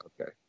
Okay